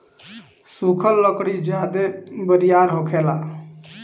सुखल लकड़ी ज्यादे बरियार होखेला